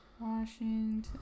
Washington